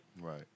right